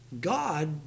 God